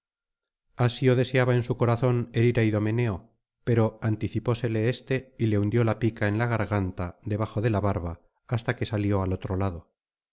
asió deseaba en su corazon ira yme pero anticipósele éste y le hundió la pica en la garganta debajo de la barba hasta que salió al otro lado